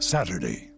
Saturday